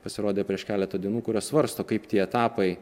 pasirodė prieš keletą dienų kurios svarsto kaip tie etapai